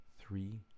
three